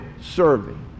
serving